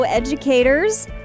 Educators